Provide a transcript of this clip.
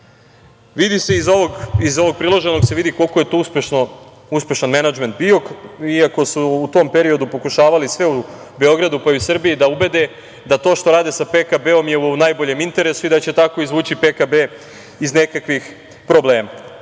Vidi se iz ovog priloženog koliko je to uspešan menadžment bio, iako su u tom periodu pokušavali svi u Beogradu, pa i u Srbiji da ubede da to što rade sa PKB-om je u najboljem interesu i da će tako izvući PKB iz nekakvih problema. Ono